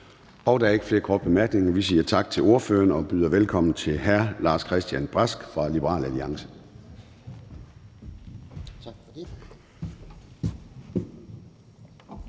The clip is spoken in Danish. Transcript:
Der er ikke flere korte bemærkninger, så vi siger tak til ordføreren og byder velkommen til hr. Lars-Christian Brask fra Liberal Alliance. Kl.